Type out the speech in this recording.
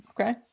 Okay